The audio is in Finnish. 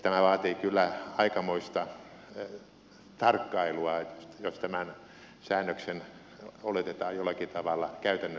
tämä vaatii kyllä aikamoista tarkkailua jos tämän säännöksen oletetaan jollakin tavalla käytännössä toimivan